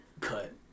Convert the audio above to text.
cut